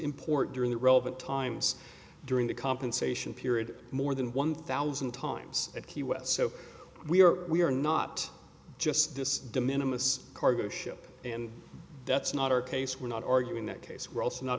in port during the relevant times during the compensation period more than one thousand times at key west so we are we are not just this de minimus cargo ship and that's not our case we're not arguing that case we're also not